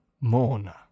mourner